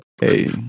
Hey